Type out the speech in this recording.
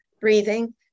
Breathing